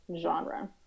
genre